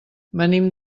venim